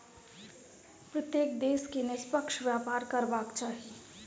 प्रत्येक देश के निष्पक्ष व्यापार करबाक चाही